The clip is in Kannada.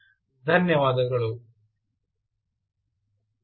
Glossary